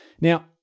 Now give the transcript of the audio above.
Now